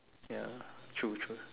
ya true true